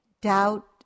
doubt